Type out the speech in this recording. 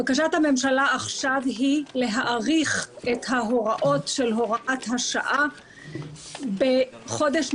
בקשת הממשלה עכשיו היא להעריך את ההוראות של הוראת השעה בחודש נוסף.